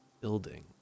building